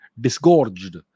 disgorged